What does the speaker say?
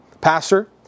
pastor